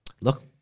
look